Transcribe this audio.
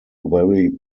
very